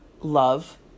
love